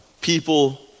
people